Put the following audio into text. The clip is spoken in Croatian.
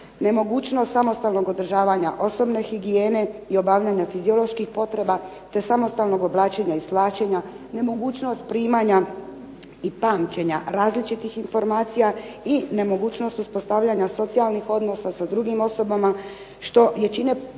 nemogućnost samostalnog održavanja osobne higijene i obavljanja fizioloških potreba, te samostalnog oblačenja i svlačenja, nemogućnost primanja i pamćenja različitih informacija i nemogućnost uspostavljanja socijalnih odnosa sa drugim osobama što je čini potpuno